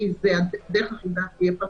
הדרך היחידה תהיה פרטנית,